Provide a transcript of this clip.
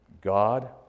God